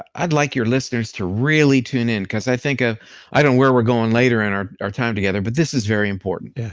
i'd like your listeners to really tune in, cause i think ah i don't know where we're going later in our our time together, but this is very important. yeah